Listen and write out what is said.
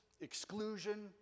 exclusion